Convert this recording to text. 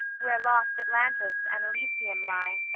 where lost atlantis and elysium lie,